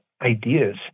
ideas